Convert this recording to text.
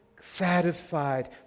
satisfied